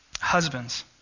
Husbands